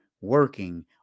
working